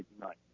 tonight